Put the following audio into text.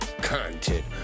content